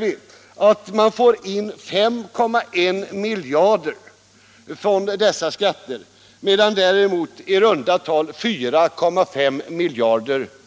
vi att det kommer in 5,1 miljarder kronor i form av sådana skatter, medan det däremot till våra vägar går i runda tal bara 4,5 miljarder.